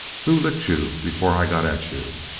who licked you before i got at you?